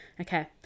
Okay